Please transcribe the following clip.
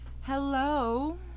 Hello